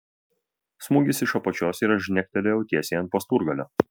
smūgis iš apačios ir aš žnektelėjau tiesiai ant pasturgalio